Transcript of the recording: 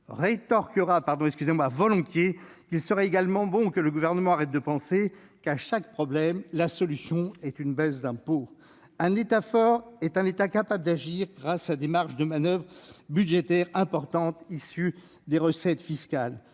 rétorquera volontiers qu'il serait également bon que le Gouvernement cesse de penser que, face à chaque défi, la solution consiste à baisser les impôts ! Un État fort est un État capable d'agir, grâce à des marges budgétaires importantes issues des recettes fiscales.